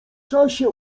czasie